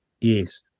Yes